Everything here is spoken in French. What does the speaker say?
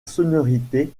sonorité